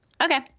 okay